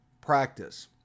practice